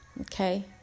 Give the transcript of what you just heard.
Okay